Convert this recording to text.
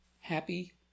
Happy